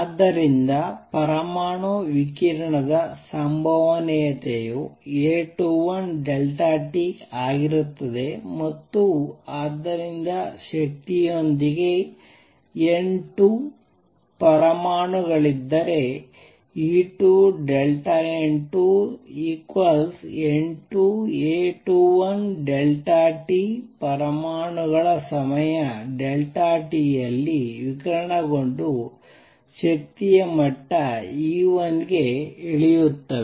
ಆದ್ದರಿಂದ ಪರಮಾಣು ವಿಕಿರಣದ ಸಂಭವನೀಯತೆಯು A21 t ಆಗಿರುತ್ತದೆ ಮತ್ತು ಆದ್ದರಿಂದ ಶಕ್ತಿಯೊಂದಿಗೆ N 2 ಪರಮಾಣುಗಳಿದ್ದರೆ E2 N2 N2A21t ಪರಮಾಣುಗಳು ಸಮಯ t ಯಲ್ಲಿ ವಿಕಿರಣಗೊಂಡು ಶಕ್ತಿಯ ಮಟ್ಟ E1ಗೆ ಇಳಿಯುತ್ತವೆ